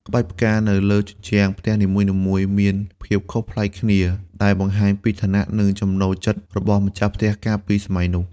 ក្បាច់ផ្កានៅលើជញ្ជាំងផ្ទះនីមួយៗមានភាពខុសប្លែកគ្នា ដែលបង្ហាញពីឋានៈ និងចំណូលចិត្តរបស់ម្ចាស់ផ្ទះកាលពីសម័យនោះ។